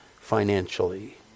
financially